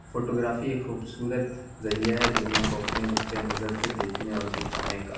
photography ایک خوبصورت ذریعہ ہے دنیا کو اپنے نقطۂ نظر سے دیکھنے اور دکھانے کا